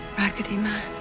raggedy man.